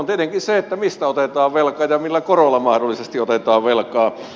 tietenkin se mistä otetaan velkaa ja millä korolla mahdollisesti otetaan velkaa